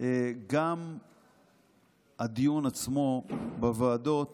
גם הדיון עצמו בוועדות